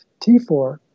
T4